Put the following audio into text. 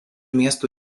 miestų